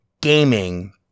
gaming